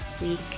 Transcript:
week